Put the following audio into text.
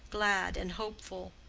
glad, and hopeful.